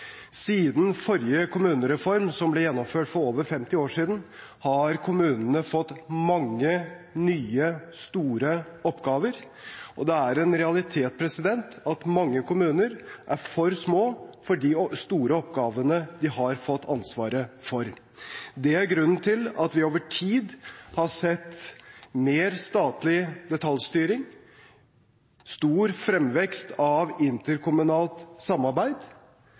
Siden forrige kommunereform, som ble gjennomført for over 50 år siden, har kommunene fått mange nye, store oppgaver, og det er en realitet at mange kommuner er for små for de store oppgavene de har fått ansvaret for. Det er grunnen til at vi over tid har sett mer statlig detaljstyring og stor fremvekst av interkommunalt samarbeid.